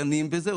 דנים בזה,